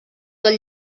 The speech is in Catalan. del